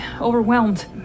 overwhelmed